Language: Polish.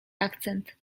akcent